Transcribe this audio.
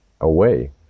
away